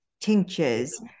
tinctures